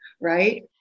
right